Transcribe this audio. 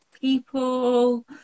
people